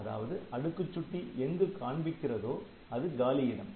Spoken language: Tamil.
அதாவது அடுக்குச் சுட்டி எங்கு காண்பிக்கிறதோ அது காலி இடம்